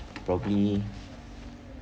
probably